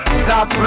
stop